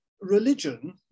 religion